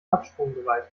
absprungbereit